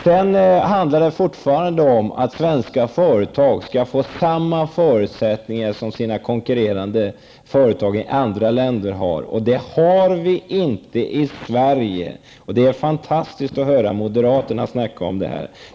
Fortfarande handlar det om att svenska företag skall ha samma förutsättningar som konkurrerande företag i andra länder har. Så är det ännu inte i Sverige. Det är fantastiskt att höra moderaternas snack här.